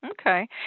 Okay